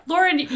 Lauren